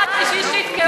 מה, בשביל שיתקעו את זה?